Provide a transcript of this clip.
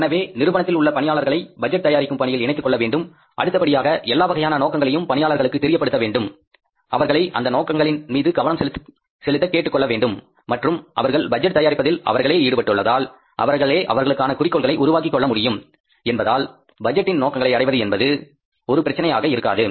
எனவே நிறுவனத்தில் உள்ள பணியாளர்களை பட்ஜெட் தயாரிக்கும் பணியில் இணைத்துக் கொள்ள வேண்டும் அடுத்தபடியாக எல்லா வகையான நோக்கங்களையும் பணியாளர்களுக்கு தெரியப்படுத்த வேண்டும் அவர்களை அந்த நோக்கங்களின் மீது கவனம் செலுத்த கேட்டுக் கொள்ள வேண்டும் மற்றும் அவர்கள் பட்ஜெட் தயாரிப்பதில் அவர்களே ஈடுபட்டதால் அவர்களே அவர்களுக்கான குறிக்கோள்களை உருவாக்கிக் கொள்ள முடியும் என்பதால் பட்ஜெட்டின் நோக்கங்களை அடைவது என்பது ஒரு பிரச்சினையாக இருக்காது